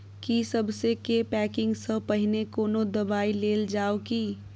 की सबसे के पैकिंग स पहिने कोनो दबाई देल जाव की?